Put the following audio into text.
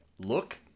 Look